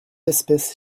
espèces